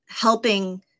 helping